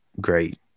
great